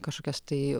kažkokias tai